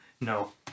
no